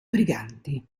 briganti